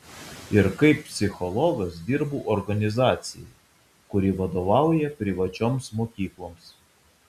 ir kaip psichologas dirbu organizacijai kuri vadovauja privačioms mokykloms